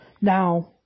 Now